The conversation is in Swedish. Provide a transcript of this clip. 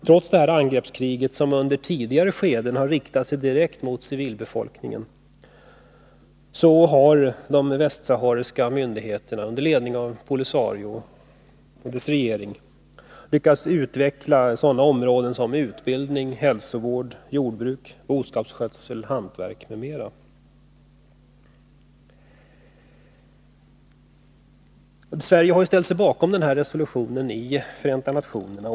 Trots detta krig, som under ett tidigare skede riktade sig direkt mot civilbefolkningen, har de västsahariska myndigheterna under ledning av POLISARIO och dess regering lyckats utveckla sådana områden som utbildning, hälsovård, jordbruk, boskapsskötsel, hantverk m.m. Sverige har alltså ställt sig bakom resolutionen i Förenta nationerna.